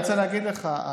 אני רוצה להגיד לך,